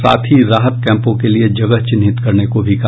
साथ राहत कैंपों के लिये जगह चिन्हित करने को भी कहा